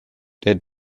der